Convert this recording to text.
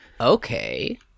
Okay